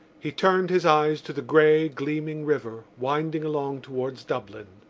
he turned his eyes to the grey gleaming river, winding along towards dublin.